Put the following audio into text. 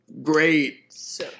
Great